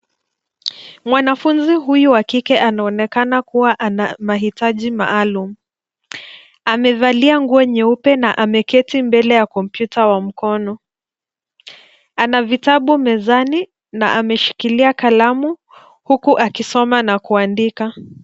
Mwanafunzi huyu wa kike anaonekana kuwa ana mahitaji maalum. Amevalia nguo nyeupe na ameketi mbele ya kompyuta wa mkono. Ana vitabu mezani na ameshikilia kalamu huku akisoma na kuandika.